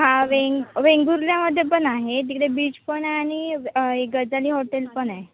हां वेंग वेंगुर्ल्यामध्ये पण आहे तिकडे बीच पण आहे आणि एक गजाली हॉटेल पण आहे